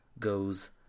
goes